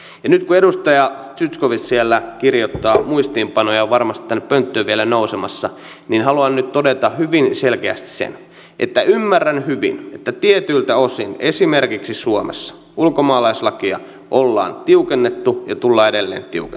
ja nyt kun edustaja zyskowicz siellä kirjoittaa muistiinpanoja ja on varmasti tänne pönttöön vielä nousemassa haluan todeta hyvin selkeästi sen että ymmärrän hyvin että tietyiltä osin esimerkiksi suomessa ulkomaalaislakia ollaan tiukennettu ja tullaan edelleen tiukentamaan